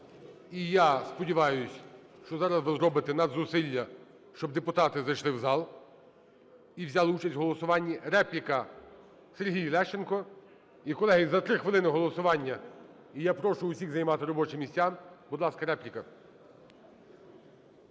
І я сподіваюсь, що зараз ви зробите надзусилля, щоб депутати зайшли в зал і взяли участь в голосуванні. Репліка – Сергій Лещенко. І, колеги, за 3 хвилини голосування, і я прошу усіх займати робочі місця. Будь ласка, репліка.